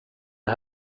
det